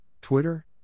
Twitter